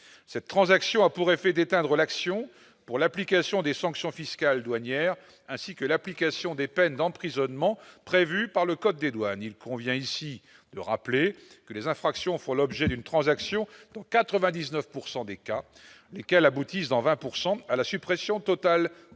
cette transaction a pour effet d'éteindre l'action pour l'application des sanctions fiscales, douanières, ainsi que l'application des peines d'emprisonnement prévues par le code des douanes, il convient ici de rappeler que les infractions font l'objet d'une transaction dans 99 pourcent des cas qu'elle aboutisse dans 20 pourcent à la suppression totale des